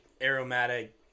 aromatic